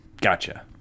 Gotcha